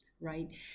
right